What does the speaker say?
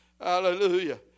Hallelujah